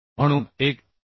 म्हणून 1